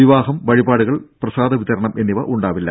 വിവാഹം വഴിപാടുകൾ പ്രസാദ് വിതരണം എന്നിവ ഉണ്ടാകില്ല